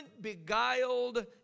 beguiled